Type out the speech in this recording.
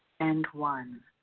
and one.